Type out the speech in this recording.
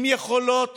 עם יכולות